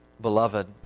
beloved